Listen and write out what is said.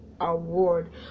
award